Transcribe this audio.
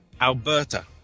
Alberta